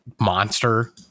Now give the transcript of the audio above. monster